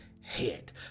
head